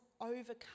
overcome